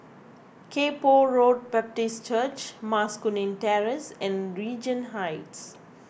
Kay Poh Road Baptist Church Mas Kuning Terrace and Regent Heights